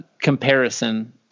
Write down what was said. comparison